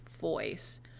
voice